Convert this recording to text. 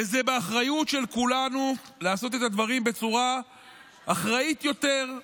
וזה באחריות של כולנו לעשות את הדברים בצורה אחראית יותר,